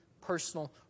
personal